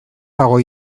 dago